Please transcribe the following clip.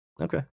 Okay